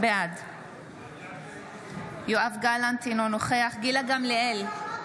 בעד יואב גלנט, אינו נוכח גילה גמליאל,